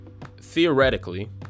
theoretically